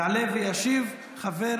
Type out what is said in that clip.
יעלה וישיב שר